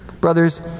Brothers